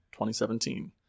2017